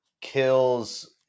kills